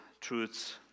truths